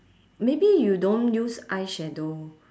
maybe you don't use eyeshadow